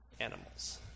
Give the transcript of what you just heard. animals